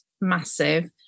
massive